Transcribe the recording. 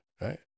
right